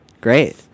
Great